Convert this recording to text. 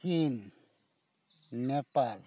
ᱪᱤᱱ ᱱᱮᱯᱟᱞ ᱵᱷᱩᱴᱟᱱ